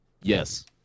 Yes